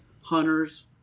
hunters